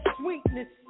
sweetness